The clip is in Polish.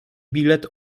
bilet